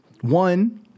one-